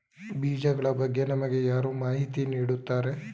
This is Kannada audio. ಬೀಜಗಳ ಬಗ್ಗೆ ನಮಗೆ ಯಾರು ಮಾಹಿತಿ ನೀಡುತ್ತಾರೆ?